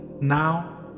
now